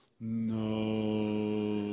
No